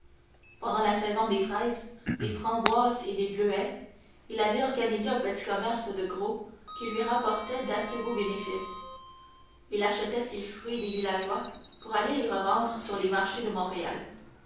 pendant la saison des fraises des framboises et des bluets il avait organisé un petit commerce de gros qui lui rapportait d'assez beaux bénéfices il achetait ces fruits des villageois pour aller les revendre sur les marchés de montréal